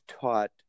taught